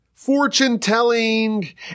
fortune-telling